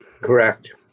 correct